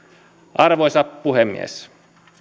arvoisa puhemies